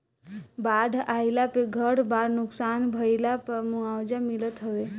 बाढ़ आईला पे घर बार नुकसान भइला पअ मुआवजा मिलत हवे